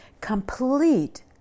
Complete